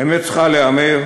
האמת צריכה להיאמר,